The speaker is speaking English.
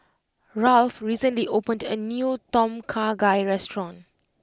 Ralph recently opened a new Tom Kha Gai restaurant